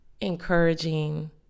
encouraging